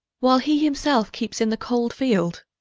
while he himselfe keepes in the cold field?